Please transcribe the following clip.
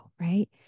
Right